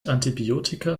antibiotika